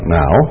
now